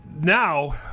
Now